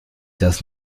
das